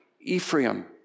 Ephraim